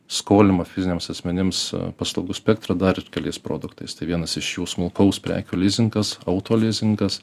skolinimo fiziniams asmenims paslaugų spektrą dar keliais produktais tai vienas iš jų smulkaus prekių lizingas auto lizingas